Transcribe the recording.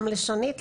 גם לשונית,